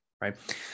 right